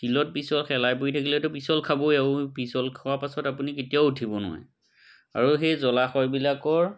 শিলত পিচল শেলাই পৰি থাকিলেতো পিচল খাবই আৰু পিচল খোৱাৰ পাছত আপুনি কেতিয়াও উঠিব নোৱাৰে আৰু সেই জলাশয়বিলাকৰ